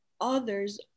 others